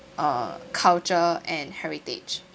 uh culture and heritage